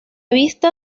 vista